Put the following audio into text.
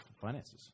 finances